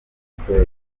suède